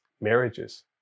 marriages